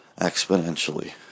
exponentially